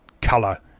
color